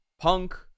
Punk